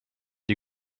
die